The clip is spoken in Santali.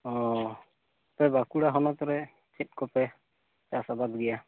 ᱳᱻ ᱟᱯᱮ ᱵᱟᱸᱠᱩᱲᱟ ᱦᱚᱱᱚᱛ ᱨᱮ ᱪᱮᱫ ᱠᱚᱯᱮ ᱪᱟᱥᱼᱟᱵᱟᱫ ᱜᱮᱭᱟ